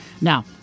Now